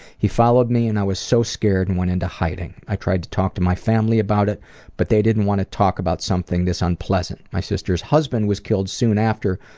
he followed me and i was so scared and went into hiding. i tried to talk to my family about it but they didn't want to talk about something this unpleasant. my sister's husband was killed soon after,